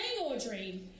Audrey